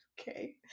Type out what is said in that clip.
Okay